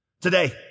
Today